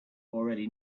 already